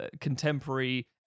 contemporary